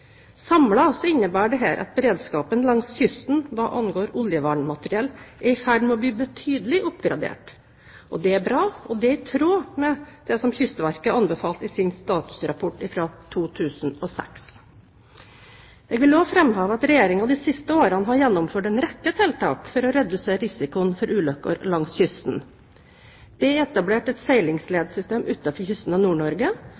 at beredskapen langs kysten hva angår oljevernmateriell, er i ferd med å bli betydelig oppgradert. Det er bra, og det er i tråd med det Kystverket anbefalte i sin statusrapport fra 2006. Jeg vil også framheve at Regjeringen de siste årene har gjennomført en rekke tiltak for å redusere risikoen for ulykker langs kysten. Det er etablert et